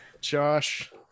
Josh